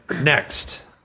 next